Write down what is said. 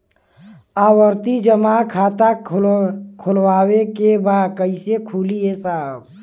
आवर्ती जमा खाता खोलवावे के बा कईसे खुली ए साहब?